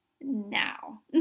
now